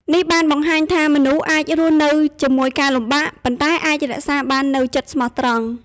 នេះបានបង្ហាញថា មនុស្សអាចរស់នៅជាមួយការលំបាក ប៉ុន្តែអាចរក្សាបាននូវចិត្តស្មោះត្រង់។